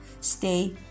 stay